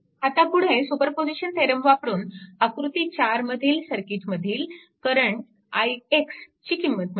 आता पुढे superposition theorem वापरून आकृती 4 मधील सर्किटमधील करंट ix ची किंमत मिळवा